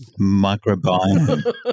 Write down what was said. Microbiome